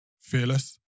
fearless